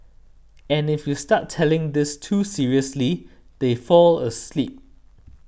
and if you start telling this too seriously they fall asleep